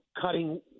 cutting